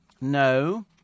No